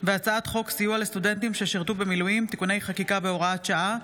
הצעת חוק סיוע לסטודנטים ששירתו במילואים (תיקוני חקיקה והוראת שעה),